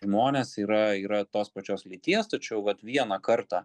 žmonės yra yra tos pačios lyties tačiau vat vieną kartą